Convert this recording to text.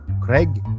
Craig